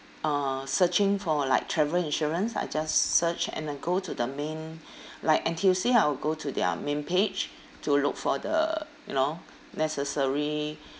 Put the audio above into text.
uh searching for like travel insurance I just search and I go to the main like N_T_U_C I will go to their main page to look for the you know necessary